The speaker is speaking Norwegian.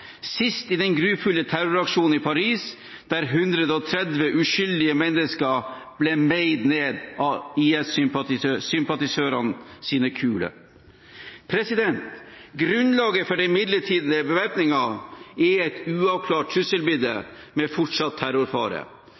sist i den grufulle terroraksjonen i Paris, der 130 uskyldige mennesker ble meid ned av IS-sympatisørenes kuler. Grunnlaget for den midlertidige bevæpningen er et uavklart trusselbilde med fortsatt terrorfare.